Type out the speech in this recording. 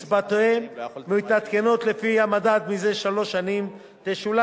שקצבותיהם מתעדכנות לפי המדד זה שלוש שנים, תשולם